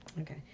Okay